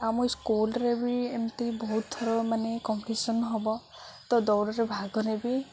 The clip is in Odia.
ଆମ ସ୍କୁଲ୍ରେ ବି ଏମିତି ବହୁତ ଥର ମାନେ କମ୍ପିଟିସନ୍ ହେବ ତ ଦୌଡ଼ରେ ଭାଗରେ ବି